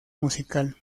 musical